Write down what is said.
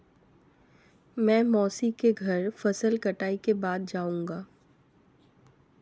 मैं मौसी के घर फसल कटाई के बाद जाऊंगा